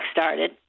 started